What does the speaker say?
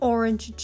Orange